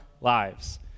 lives